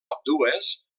ambdues